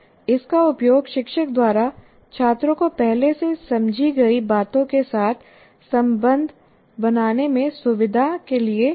इसका उपयोग शिक्षक द्वारा छात्रों को पहले से समझी गई बातों के साथ संबंध बनाने में सुविधा के लिए किया जा सकता है